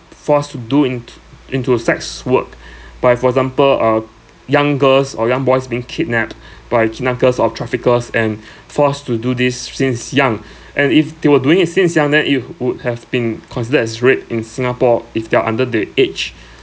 forced to doing into a sex work by for example uh young girls or young boys being kidnapped by kidnappers or traffickers and forced to do this si~ since young and if they were doing it since young then it would have been considered as rape in singapore if they are under the age